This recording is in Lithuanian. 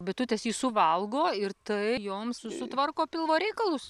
bitutės jį suvalgo ir tai joms su sutvarko pilvo reikalus